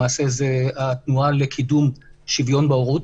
למעשה, זאת התנועה לקידום שוויון בהורות.